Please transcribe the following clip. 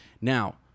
Now